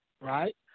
right